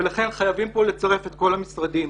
ולכן חייבים כאן לצרף את כל המשרדים.